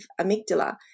amygdala